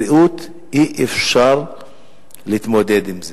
בריאות, אי-אפשר להתמודד עם זה.